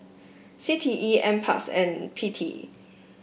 C T E NParks and P T